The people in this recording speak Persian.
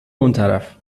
اونطرف